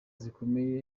zikomeye